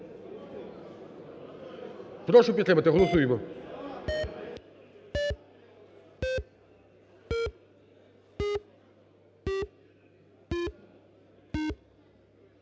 Прошу підтримати. Голосуємо.